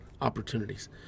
opportunities